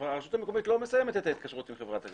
הרשות המקומית לא מסיימת את ההתקשרות עם חברת הגבייה,